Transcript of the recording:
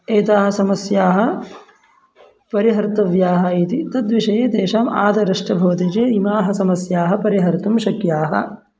एताः समस्याः परिहर्तव्याः इति तद्विषये तेषाम् आदरश्च भवति चेत् इमाः समस्याः परिहर्तुं शक्याः